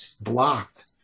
blocked